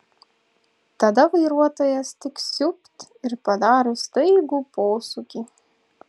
tada vairuotojas tik siūbt ir padaro staigų posūkį